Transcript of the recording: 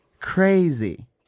Crazy